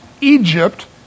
Egypt